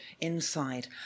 inside